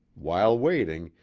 while waiting,